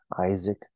Isaac